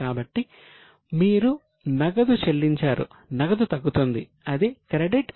కాబట్టి మీరు నగదు చెల్లించారు నగదు తగ్గుతుంది అది క్రెడిట్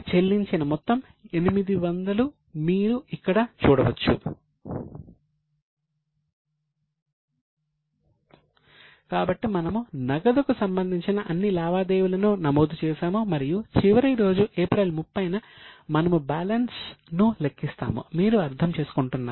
కుచెల్లించిన మొత్తం 800 మీరు ఇక్కడ చూడవచ్చు కాబట్టి మనము నగదుకు సంబంధించిన అన్ని లావాదేవీలను నమోదు చేసాము మరియు చివరి రోజు ఏప్రిల్ 30 న మనము బ్యాలెన్స్ ను లెక్కిస్తాము మీరు అర్థం చేసుకుంటున్నారా